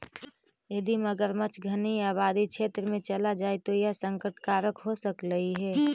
यदि मगरमच्छ घनी आबादी क्षेत्र में चला जाए तो यह संकट कारक हो सकलई हे